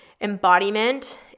embodiment